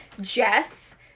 Jess